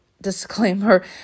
disclaimer